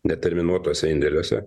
ne terminuotuose indėliuose